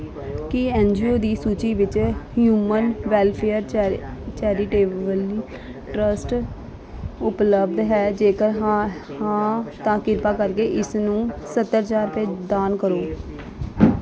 ਕੀ N G O ਦੀ ਸੂਚੀ ਵਿੱਚ ਹਿਊਮਨ ਵੈਲਫ਼ੇਅਰ ਚੈਰ ਚੈਰੀਟੇਬਲੀ ਟ੍ਰਸਟ ਉਪਲੱਬਧ ਹੈ ਜੇਕਰ ਹਾਂ ਹਾਂ ਤਾਂ ਕਿਰਪਾ ਕਰਕੇ ਇਸ ਨੂੰ ਸੱਤਰ ਹਜ਼ਾਰ ਰੁਪਏ ਦਾਨ ਕਰੋ